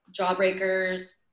Jawbreakers